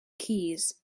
keys